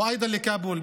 וגם לכאבול.